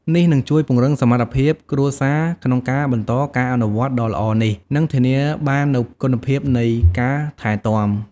នេះនឹងជួយពង្រឹងសមត្ថភាពគ្រួសារក្នុងការបន្តការអនុវត្តន៍ដ៏ល្អនេះ និងធានាបាននូវគុណភាពនៃការថែទាំ។